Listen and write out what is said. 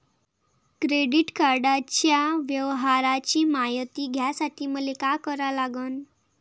Credit कार्डाच्या व्यवहाराची मायती घ्यासाठी मले का करा लागन?